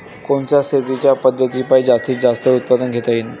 कोनच्या शेतीच्या पद्धतीपायी जास्तीत जास्त उत्पादन घेता येईल?